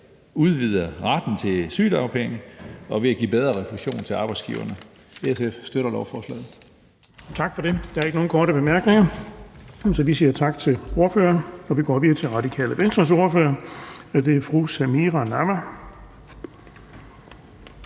udvide retten til sygedagpenge og ved at give bedre refusion til arbejdsgiverne. SF støtter lovforslaget. Kl. 15:17 Den fg. formand (Erling Bonnesen): Tak for det. Der er ikke nogen korte bemærkninger, så vi siger tak til ordføreren og går videre til Radikale Venstres ordfører. Det er fru Samira Nawa.